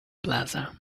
plaza